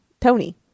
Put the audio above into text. Tony